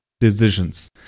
decisions